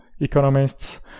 economists